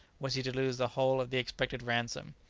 was he to lose the whole of the expected ransom?